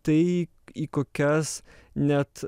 tai į kokias net